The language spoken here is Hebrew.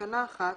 בתקנה 1,